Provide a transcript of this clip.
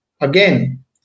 Again